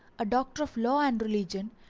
a doctor of law and religion,